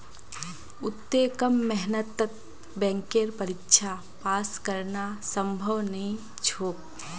अत्ते कम मेहनतत बैंकेर परीक्षा पास करना संभव नई छोक